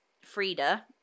Frida